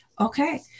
okay